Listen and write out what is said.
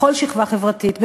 בכל שכבה חברתית,